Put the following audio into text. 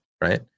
right